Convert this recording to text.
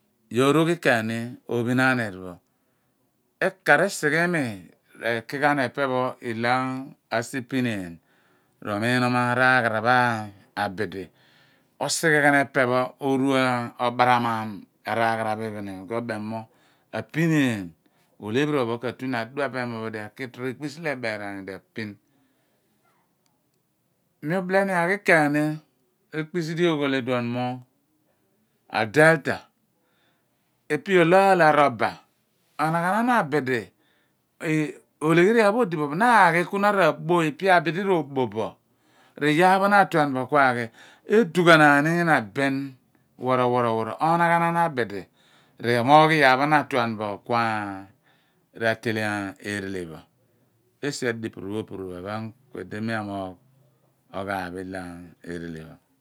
Yoor ụghi ken n! Ophin ahnir pho. ekar isighe iimir eki ghan epe pho ilo asipi nieeny r, ilo araghara pho abuli osighe ghon ipe pho on. obaram aan iphen ayira. mo apineeny prio. olephin oony katue n. adua aki lor ekpis lo eberaan ayoil apin mi ubile ni aghi ken ekpisi di oghi iduo mo delta epe elo aal aruba onaghenan abide oleyheri yaer pho odi foe, na aghi ku ra bo ipe bul ro bo bo r iyaar pho no atuon bo ku aghi edughanan ina bin woro woro onaghana abid r omoogh iyaar pho na atuen bo ku aghi ra tece erele pho. er. adipuru pho opuru bor iphen ku ldi mi amoogh ann. oghaaph ilo erece pho.